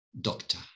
doctor